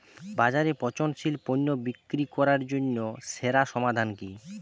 বাজারে পচনশীল পণ্য বিক্রি করার জন্য সেরা সমাধান কি?